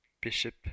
Bishop